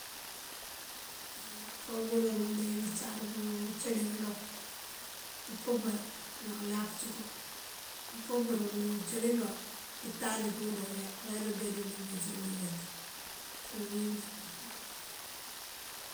Ngёnko bërëmb ngenjee ngëëcar pëëncili kaloŋ umpëmbër na uláa këcëko. Umpëmbëër undúcilibá pëëntan duundoon uyá. Ayándúudeedul ibeeţ ngëyët ţí úwinjí.